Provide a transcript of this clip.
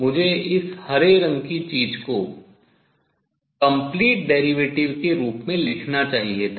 मुझे इस हरे रंग की चीज़ को complete derivative पूर्ण अवकलज के रूप में लिखना चाहिए था